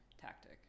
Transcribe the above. tactic